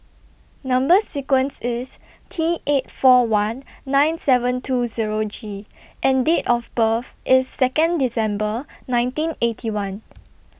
Number sequence IS T eight four one nine seven two Zero G and Date of birth IS Second December nineteen Eighty One